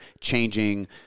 changing